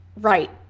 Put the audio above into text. right